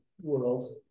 world